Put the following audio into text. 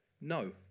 No